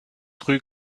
rue